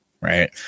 Right